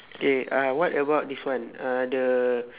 K uh what about this one uh the